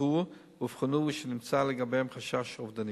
אותרו ואובחנו ונמצא לגביהם חשש אובדני.